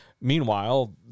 meanwhile